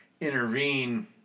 intervene